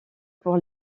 pour